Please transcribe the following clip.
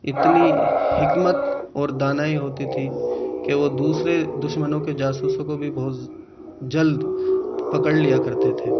اتنی حکمت اور دانائی ہوتی تھی کہ وہ دوسرے دشمنوں کے جاسوسوں کو بھی بہت جلد پکڑ لیا کرتے تھے